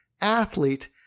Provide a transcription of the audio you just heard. athlete